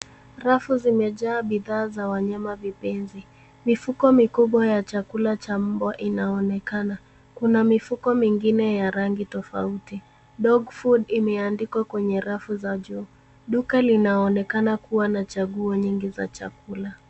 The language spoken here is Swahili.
Rafu zimejaa bidhaa za wanyama vipenzi. Mifuko mikubwa ya chakula cha mbwa inaonekana. Kuna mifuko mingine ya rangi tofauti. Dog food imeandikwa kwenye rafu za juu. Duka linaonekana kuwa na chaguo nyingi za chakula.